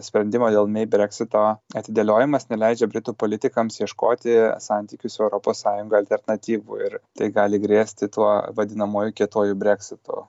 sprendimo dėl mey breksito atidėliojimas neleidžia britų politikams ieškoti santykių su europos sąjunga alternatyvų ir tai gali grėsti tuo vadinamuoju kietuoju breksitu